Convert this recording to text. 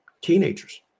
teenagers